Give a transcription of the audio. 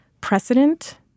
precedent